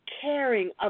caring